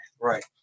Right